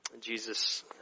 Jesus